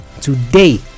today